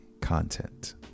content